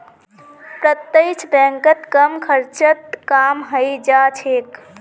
प्रत्यक्ष बैंकत कम खर्चत काम हइ जा छेक